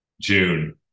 June